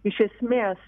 iš esmės